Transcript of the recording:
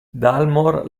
dalmor